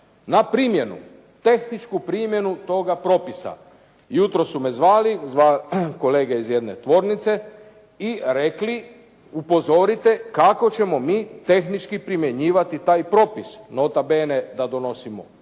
Na primjenu, tehničku primjenu toga propisa jutros su me zvali kolege iz jedne tvornice, i rekli upozorite kako ćemo mi tehnički primjenjivati taj propis, nota bene da donosimo,